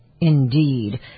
indeed